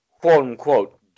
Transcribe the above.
quote-unquote